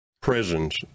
prisons